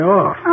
off